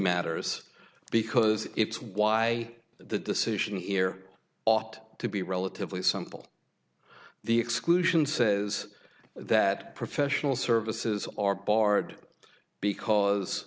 matters because it's why the decision here ought to be relatively simple the exclusion says that professional services are barred because